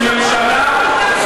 של ממשלה,